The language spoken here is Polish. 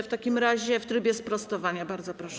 W takim razie w trybie sprostowania, bardzo proszę.